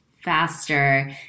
faster